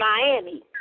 Miami